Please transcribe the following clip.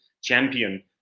champion